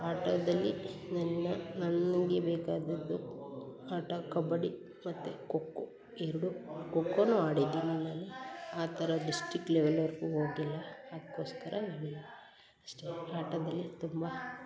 ಆಟದಲ್ಲಿ ನನ್ನ ನನಗೆ ಬೇಕಾದದ್ದು ಆಟ ಕಬಡ್ಡಿ ಮತ್ತು ಖೋ ಖೋ ಎರಡೂ ಖೋ ಖೋನೂ ಆಡಿದ್ದೀನಿ ನಾನು ಆ ಥರ ಡಿಸ್ಟಿಕ್ ಲೆವಲ್ವರೆಗೂ ಹೋಗಿಲ್ಲ ಅದಕ್ಕೋಸ್ಕರ ನಾನು ಅಷ್ಟೇ ಆಟದಲ್ಲಿ ತುಂಬ